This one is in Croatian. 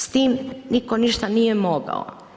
S tim nitko ništa nije mogao.